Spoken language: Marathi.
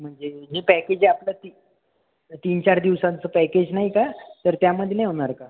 म्हणजे हे पॅकेज जे आपलं तीन चार दिवसांचं पॅकेज नाही का तर त्यामध्ये नाही होणार का